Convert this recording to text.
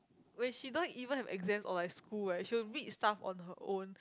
when she don't even have exams or like school right she will read stuff on her own